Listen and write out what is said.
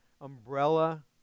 umbrella